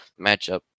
matchup